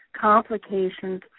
complications